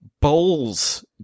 bowls